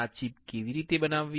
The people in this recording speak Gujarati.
આ ચિપ કેવી રીતે બનાવવી